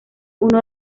uno